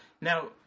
Now